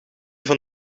van